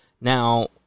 Now